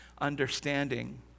understanding